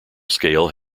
scale